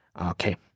Okay